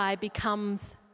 becomes